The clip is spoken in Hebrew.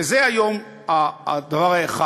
וזה היום הדבר האחד.